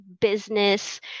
business